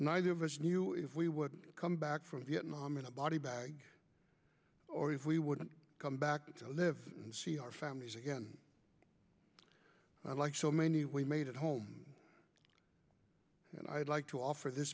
neither of us knew if we would come back from vietnam in a body bag or if we wouldn't come back to live and see our families again like so many we made at home and i'd like to offer this